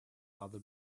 other